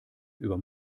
über